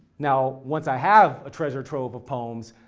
now once i have a treasure trove of poems,